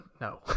No